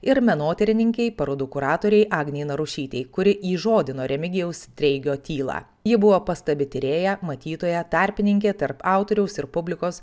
ir menotyrininkei parodų kuratorei agnei narušytei kuri įžodino remigijaus treigio tylą ji buvo pastabi tyrėja matytoja tarpininkė tarp autoriaus ir publikos